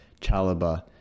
Chalaba